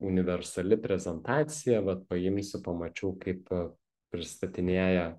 universali prezentacija vat paimsiu pamačiau kaip pristatinėja